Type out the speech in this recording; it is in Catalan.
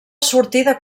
sortida